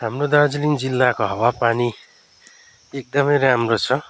हाम्रो दार्जिलिङ जिल्लाको हावा पानी एकदमै राम्रो छ